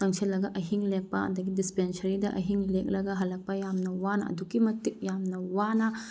ꯆꯪꯁꯤꯜꯂꯒ ꯑꯍꯤꯡ ꯂꯦꯛꯄ ꯑꯗꯒꯤ ꯗꯤꯁꯄꯦꯟꯁꯔꯤꯗ ꯑꯍꯤꯡ ꯂꯦꯛꯂꯒ ꯍꯜꯂꯛꯄ ꯌꯥꯝꯅ ꯋꯥꯅ ꯑꯗꯨꯛꯀꯤ ꯃꯇꯤꯛ ꯌꯥꯝꯅ ꯋꯥꯅ